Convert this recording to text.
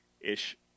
ish